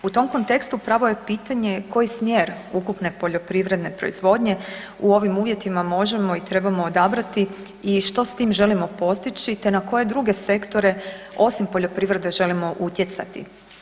U tom kontekstu, pravo je pitanje koji smjer ukupne poljoprivredne proizvodnje u ovim uvjetima možemo i trebamo odabrati i što s tim želimo postići te na koje druge sektore osim poljoprivrede želimo utjecati?